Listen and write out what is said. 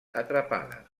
atrapada